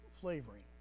flavoring